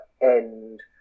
end